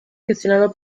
gestionado